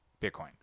Bitcoin